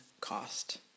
cost